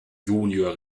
junior